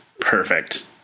Perfect